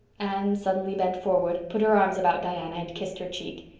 anne suddenly bent forward, put her arms about diana, and kissed her cheek.